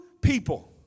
people